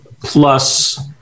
plus